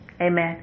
Amen